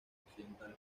occidental